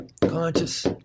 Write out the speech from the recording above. conscious